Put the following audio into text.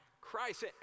Christ